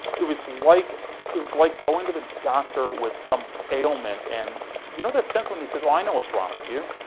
it was like it was like going to the doctor with some ailment, and you know that sense when he says, well, i know what's wrong with you,